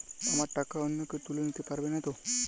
আমার টাকা অন্য কেউ তুলে নিতে পারবে নাতো?